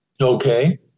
Okay